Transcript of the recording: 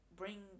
bring